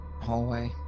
hallway